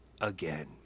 again